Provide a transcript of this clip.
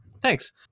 Thanks